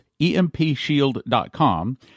EMPShield.com